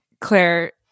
Claire